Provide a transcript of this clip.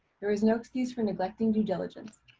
there was no excuse for neglecting due diligence.